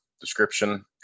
description